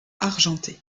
argenté